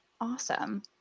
Awesome